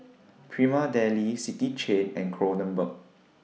Prima Deli City Chain and Kronenbourg